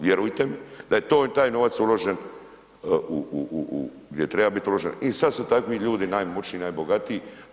Vjerujte mi da je taj novac uložen gdje treba biti uložen i sad su takvi ljudi najmoćniji i najbogatiji.